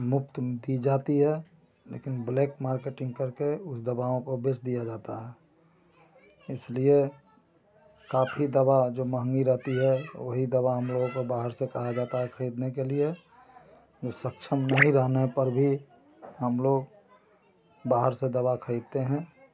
मुफ़्त दी जाती है लेकिन ब्लैक मार्केटिंग कर के उस दवाओं को बेच दिया जाता है इसलिए काफ़ी दवा जो मंहगी रहती है वही दवा हम लोगों को बाहर से कहा जाता है खरीदने के लिए वह सक्षम नहीं रहने पर भी हम लोग बाहर से दवा खरीदते हैं